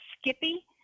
Skippy